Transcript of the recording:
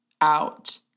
out